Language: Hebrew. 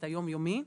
את היום-יומי,